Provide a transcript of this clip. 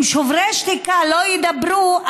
אם שוברים שתיקה לא ידברו,